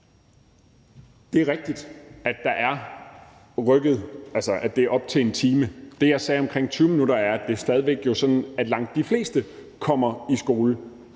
Det er rigtigt, at det kan være op til 1 time. Det, jeg sagde om 20 minutter, er, at det stadig væk er langt de fleste, der kommer i skole